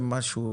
משה,